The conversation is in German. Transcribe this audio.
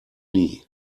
nie